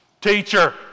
Teacher